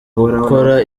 gukora